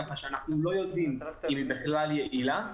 כך שאנחנו לא יודעים אם היא בכלל יעילה.